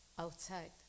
Outside